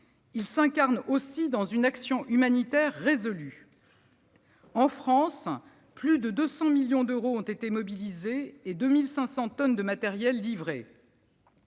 il s'incarne aussi dans une action humanitaire résolue. En France, plus de 200 millions d'euros ont été mobilisés, et 2 500 tonnes de matériel livrées.